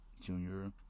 Junior